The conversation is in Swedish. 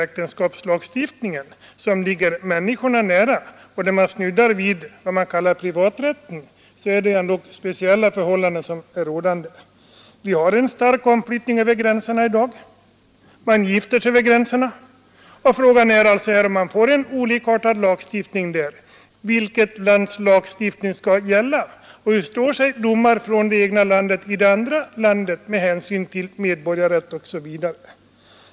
Äktenskapslagstiftningen ligger människorna mycket nära och snuddar vid privaträtten, och därför måste speciella: förhållanden där vara rådande. Vi har en stark folkomflyttning över gränserna i dag, och man gifter sig därför också över gränserna. Frågan är alltså: Om lagstiftningen blir olika i våra olika länder, vilket lands lagstiftning skall då gälla? Hur står sig domar från det egna landet i det andra landet med hänsyn till medborgarrätt osv.?